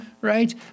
right